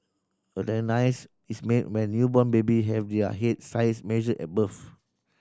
a diagnosis is made when newborn baby have their head size measured at birth